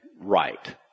right